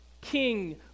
King